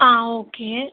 ஆ okay